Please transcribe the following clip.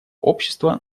общества